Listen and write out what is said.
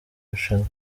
rushanwa